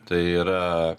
tai yra